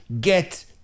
get